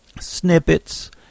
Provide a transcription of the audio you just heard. snippets